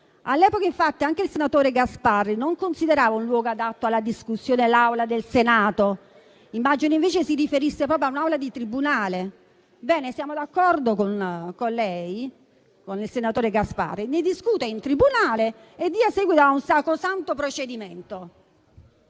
All'epoca, infatti, anche il senatore Gasparri non considerava un luogo adatto alla discussione l'Aula del Senato. Immagino invece si riferisse proprio a un'aula di tribunale. Ebbene, siamo d'accordo con il senatore Gasparri: ne discuta in tribunale e dia seguito a un sacrosanto procedimento.